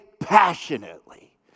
Passionately